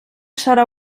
serà